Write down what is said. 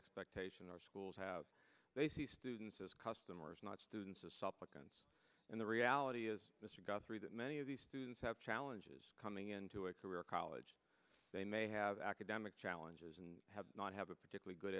expectation our schools have they see students as customers not students of supplicants and the reality is mr guthrie that many of these students have challenges coming into a career college they may have academic challenges and have not have a particularly good